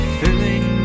filling